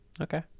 Okay